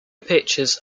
pitchers